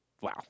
Wow